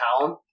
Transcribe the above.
town